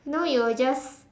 you know you will just